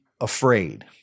afraid